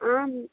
ఆ